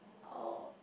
oh